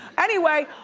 anyway,